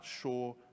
sure